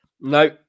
No